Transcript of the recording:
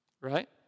Right